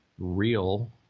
real